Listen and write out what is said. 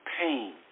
Pain